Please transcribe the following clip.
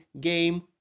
game